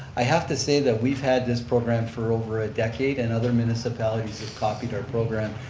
i have to say that we've had this program for over a decade and other municipalities have copied our program,